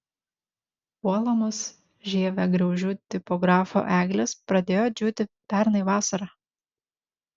puolamos žievėgraužių tipografų eglės pradėjo džiūti pernai vasarą